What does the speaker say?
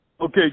Okay